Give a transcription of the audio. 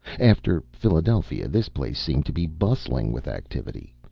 after philadelphia, this place seemed to be bustling with activity.